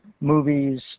movies